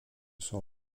sont